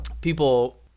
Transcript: people